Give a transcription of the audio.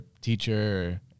teacher